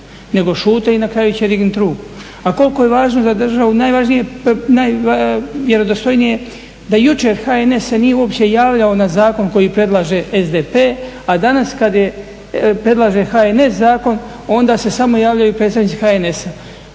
nego šute i na kraju će dignut ruku. A koliko je važno za državu, najvjerodostojnije je da jučer HNS se nije uopće javljao na zakon koji predlaže SDP, a danas kad predlaže HNS zakon onda se samo javljaju predstavnici HNS-a.